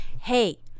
hey